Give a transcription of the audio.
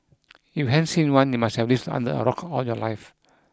if you haven't seen one you must have lived under a rock all your life